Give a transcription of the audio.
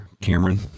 Cameron